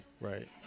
Right